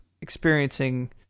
experiencing